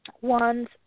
Ones